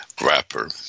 rapper